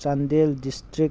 Chandel district